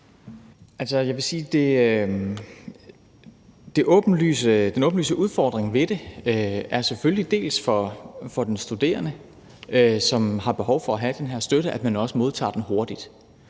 Den åbenlyse udfordring ved det handler for den studerende, som har behov for at få den her støtte, selvfølgelig om, at man også modtager den hurtigt.